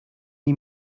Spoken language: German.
die